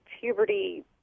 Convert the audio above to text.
puberty